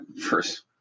first